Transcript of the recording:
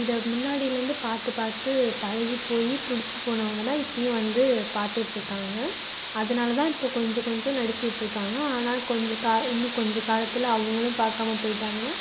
இதை முன்னாடிலருந்து பார்த்து பார்த்து பழகி போயி பிடிச்சிப்போனவங்க தான் இப்பவும் வந்து பார்த்துட்ருக்காங்க அதனாலதான் இப்போ கொஞ்சம் கொஞ்சம் நடிச்சிகிட்டிருக்காங்க ஆனால் கொஞ்சம் காலம் இன்னும் கொஞ்ச காலத்தில் அவங்களும் பார்க்காம போய்ட்டாங்கன்னா